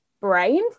brain